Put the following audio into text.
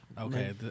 Okay